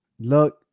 look